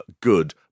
good